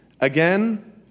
Again